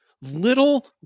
Little